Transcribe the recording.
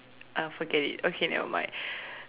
uh forget it okay nevermind